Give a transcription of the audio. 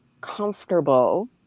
comfortable